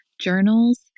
journals